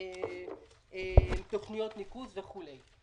תוכניות ניקוז וכולי.